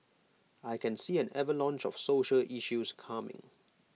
I can see an avalanche of social issues coming